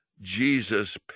Jesus